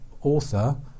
author